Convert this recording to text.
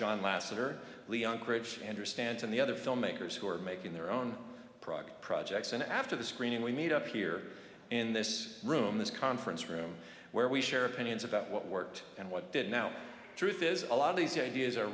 john lasseter leon krige understands and the other filmmakers who are making their own prog projects and after the screening we meet up here in this room this conference for i'm where we share opinions about what worked and what did now truth is a lot of these ideas are